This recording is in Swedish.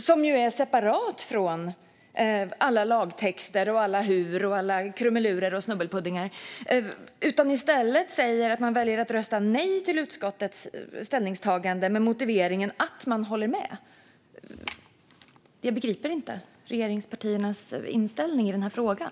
Det är ju separat från alla lagtexter, alla "hur" och alla krumelurer och snubbelpuddingar. I stället väljer regeringspartierna att rösta nej till utskottets ställningstagande med motiveringen att de håller med. Jag begriper inte regeringspartiernas inställning i den här frågan.